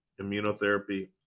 immunotherapy